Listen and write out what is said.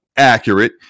accurate